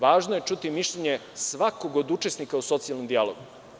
Važno je čuti mišljenje svakog od učesnika u socijalnom dijalogu.